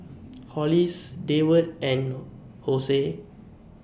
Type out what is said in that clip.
Hollis Deward and Jose